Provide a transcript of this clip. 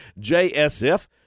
JSF